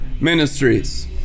ministries